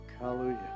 hallelujah